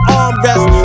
armrest